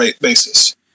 basis